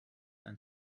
ein